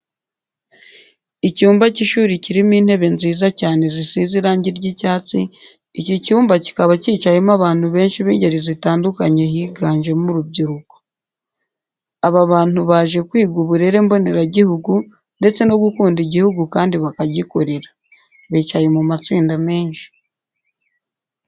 Icyumba cy'ishuri kirimo intebe nziza cyane zisize irange ry'icyatsi, iki cyumba kikaba cyicayemo abantu benshi b'ingeri zitandukanye higanjemo urubyiruko. Aba bantu baje kwiga uburere mboneragihugu ndetse no gukunda igihugu kandi bakagikorera. Bicaye mu matsinda menshi.